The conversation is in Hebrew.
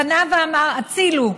פנה ואמר: הצילו,